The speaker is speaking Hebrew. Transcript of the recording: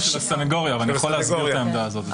זה של הסניגוריה ואני יכול להסביר את העמדה הזאת.